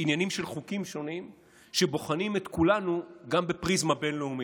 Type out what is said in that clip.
עניינים של חוקים שונים שבוחנים את כולנו גם בפריזמה בין-לאומית,